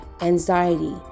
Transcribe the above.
anxiety